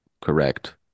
correct